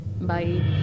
Bye